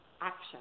action